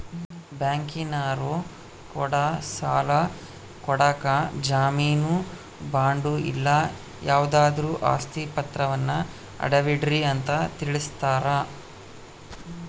ಬ್ಯಾಂಕಿನರೊ ಕೂಡ ಸಾಲ ಕೊಡಕ ಜಾಮೀನು ಬಾಂಡು ಇಲ್ಲ ಯಾವುದಾದ್ರು ಆಸ್ತಿ ಪಾತ್ರವನ್ನ ಅಡವಿಡ್ರಿ ಅಂತ ತಿಳಿಸ್ತಾರ